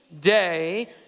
day